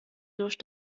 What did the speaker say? durch